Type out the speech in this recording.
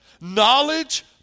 Knowledge